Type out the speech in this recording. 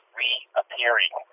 reappearing